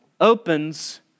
opens